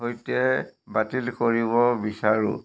সৈতে বাতিল কৰিব বিচাৰো